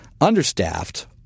understaffed